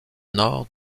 nord